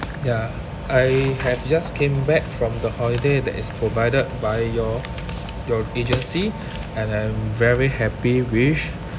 ya I have just came back from the holiday that is provided by your your agency and I'm very happy with